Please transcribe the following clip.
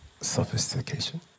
sophistication